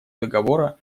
договора